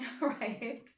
right